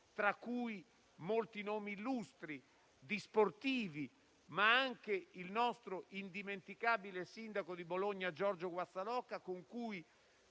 tra cui molti nomi illustri di sportivi, ma anche il nostro indimenticabile sindaco di Bologna Giorgio Guazzaloca, con cui